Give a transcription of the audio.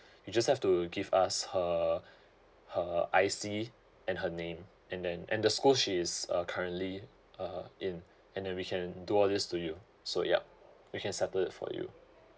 you just have to give us her her I C and her name and then and the school she's uh currently uh in and then we can do all this to you so yup we can settle it for you